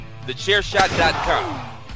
TheChairShot.com